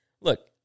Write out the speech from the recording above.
Look